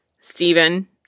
Stephen